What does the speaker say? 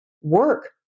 work